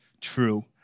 true